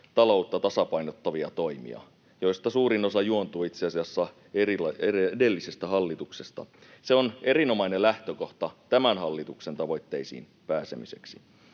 taloutta tasapainottavia toimia, joista suurin osa juontuu itse asiassa edellisestä hallituksesta. Se on erinomainen lähtökohta tämän hallituksen tavoitteisiin pääsemiseksi.